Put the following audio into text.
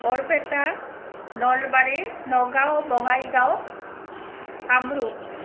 Barpeta Nalbari Nagaon Bongaigaon Kamrup